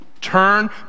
Turn